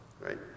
right